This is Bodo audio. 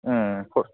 ओम